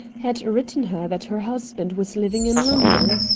had written her that her husband was living in london.